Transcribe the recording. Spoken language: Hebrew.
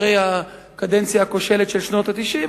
אחרי הקדנציה הכושלת של שנות ה-90,